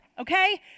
okay